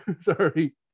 sorry